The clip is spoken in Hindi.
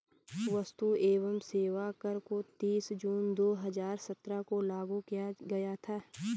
वस्तु एवं सेवा कर को तीस जून दो हजार सत्रह को लागू किया गया था